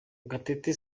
gatete